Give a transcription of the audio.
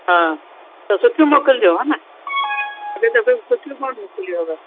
हा त सुठियूं मोकिलिजो हे न अॻिए दफ़े सुठियूं कोन्ह मोकिलियूं हुयव